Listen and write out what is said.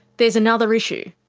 there's another issue.